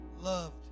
loved